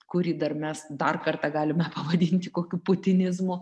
kurį dar mes dar kartą galime pavadinti kokiu putinizmu